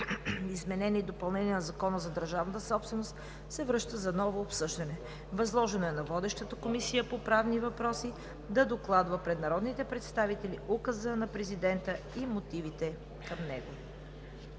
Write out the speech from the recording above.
изменение и допълнение на Закона за държавната собственост се връща за ново обсъждане. Възложено е на Комисията по правни въпроси да докладва пред народните представители Указа на Президента и мотивите към него.